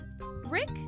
Rick